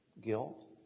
guilt